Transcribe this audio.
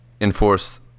enforce